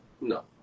No